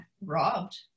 robbed